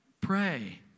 Pray